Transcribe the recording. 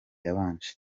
yabanje